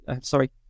sorry